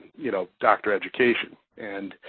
you know, doctor education and